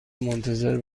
منتظر